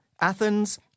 ...Athens